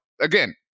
again